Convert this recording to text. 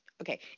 okay